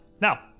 Now